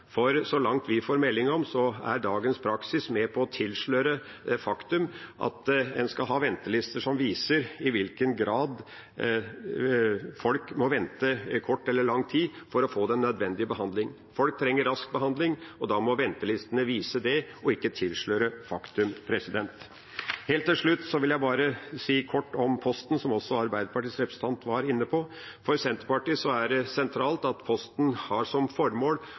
For så langt vi får melding om, er dagens praksis med på å tilsløre det faktum at en skal ha ventelister som viser i hvilken grad folk må vente kort eller lang tid for å få den nødvendige behandling. Folk trenger rask behandling, og da må ventelistene vise det og ikke tilsløre et faktum. Helt til slutt vil jeg bare si kort om Posten, som også Arbeiderpartiets representant var inne på: For Senterpartiet er det sentralt at Posten har som formål